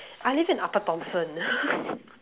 I live in upper Thomson